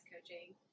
coaching